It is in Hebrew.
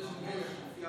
נראה לי שדילגת עליי.